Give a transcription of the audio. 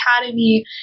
academy